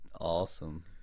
awesome